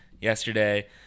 yesterday